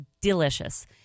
delicious